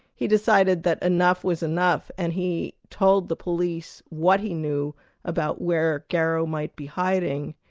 he decided that enough was enough, and he told the police what he knew about where garrow might be hiding,